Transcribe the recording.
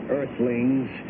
earthlings